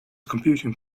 computing